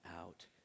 out